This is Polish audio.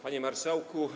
Panie Marszałku!